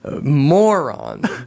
moron